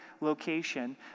location